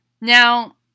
Now